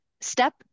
step